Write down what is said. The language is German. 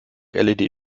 led